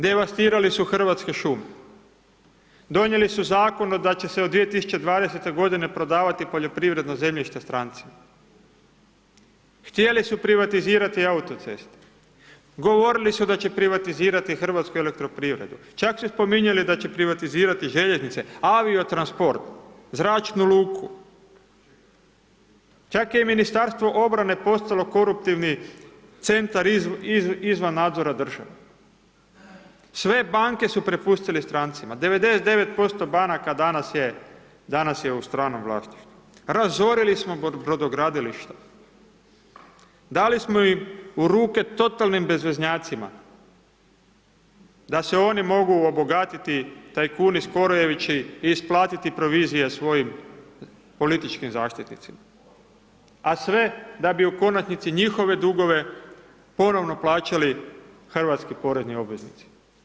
Devastirali su Hrvatske šume, donijeli su u zakonu da će se od 2020.g. prodavati poljoprivredno zemljište strancima, htjeli su privatizirati autoceste, govorili su da će privatizirati HEP, čak su spominjali da će privatizirati željeznice, aviotransport, zračnu luku, čak je i Ministarstvo obrane postalo koruptivni centar izvan nadzora države, sve banke su prepustili strancima, 99% banaka danas je u stranom vlasništvu, razorili smo brodogradilišta, dali smo im u ruke totalnim bezveznjacima da se oni mogu obogatiti, tajkuni skorojevići i isplatiti provizije svojim političkim zaštitnicima, a sve da bi u konačnici njihove dugove ponovno plaćali hrvatski porezni obveznici.